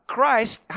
Christ